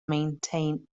maintain